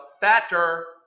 fatter